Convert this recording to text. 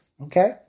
Okay